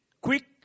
Quick